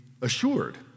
assured